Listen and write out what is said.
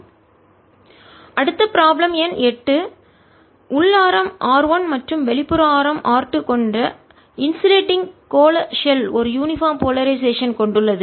ds01 ≠0 Q1020 Q20 அடுத்த problem எண் 8 உள் ஆரம் R 1 மற்றும் வெளிப்புற ஆரம் R 2 கொண்ட இன்சுலேடிங் கோள ஷெல் ஒரு யூனிபார்ம் போலரைசேஷன் சீரான துருவமுனைப்பு கொண்டுள்ளது